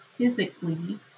physically